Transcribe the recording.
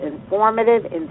informative